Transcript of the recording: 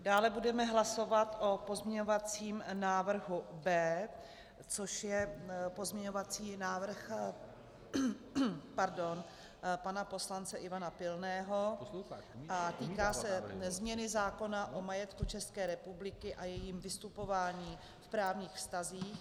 Dále budeme hlasovat o pozměňovacím návrhu B, což je pozměňovací návrh pana poslance Ivana Pilného a týká se změny zákona o majetku České republiky a jejím vystupování v právních vztazích.